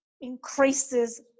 increases